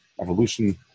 evolution